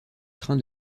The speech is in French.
train